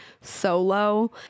solo